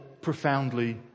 profoundly